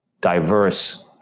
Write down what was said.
diverse